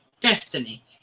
Destiny